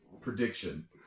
prediction